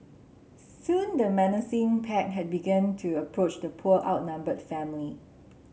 soon the menacing pack had began to approach the poor outnumbered family